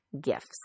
gifts